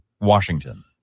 Washington